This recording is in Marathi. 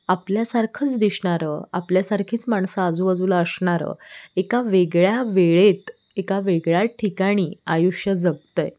आपल्यासारखंच दिसणारं आपल्यासारखीच माणसं आजूबाजूला असणारं एका वेगळ्या वेळेत एका वेगळ्या ठिकाणी आयुष्य जगतं आहे